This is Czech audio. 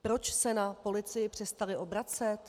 Proč se na policii přestali obracet?